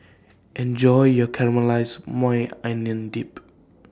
Enjoy your Caramelized Maui Onion Dip